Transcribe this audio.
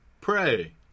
pray